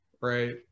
right